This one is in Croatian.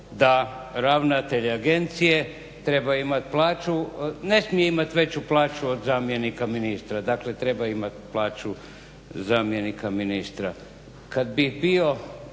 da ravnatelj agencije ne smije imat veću plaću od zamjenika ministra, dakle treba imat plaću zamjenika ministra. Kad bi bio